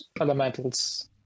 elementals